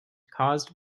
caused